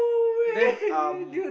then um